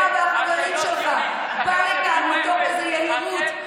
אתה והחברים שלך באתם לכאן מתוך איזו יהירות.